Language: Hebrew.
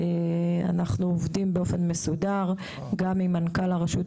אנחנו עובדים באופן מסודר גם עם מנכ"ל הרשות,